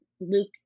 Luke